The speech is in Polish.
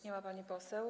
Nie ma pani poseł.